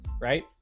right